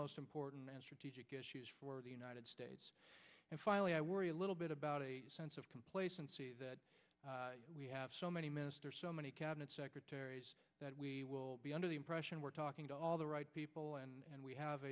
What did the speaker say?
most important strategic issues for the united states and finally i worry a little bit about a sense of complacency that we have so many ministers so many cabinet secretaries that we will be under the impression we're talking to all the right people and we have